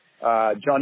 Johnny